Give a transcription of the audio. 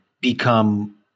become